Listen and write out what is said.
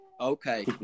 Okay